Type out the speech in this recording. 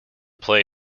play